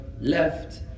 left